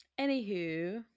Anywho